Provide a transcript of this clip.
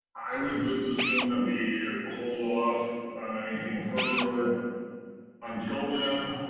i would just assume that we hold off on anything further until then.